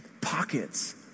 pockets